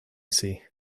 see